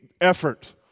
effort